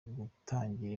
gutangira